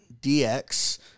DX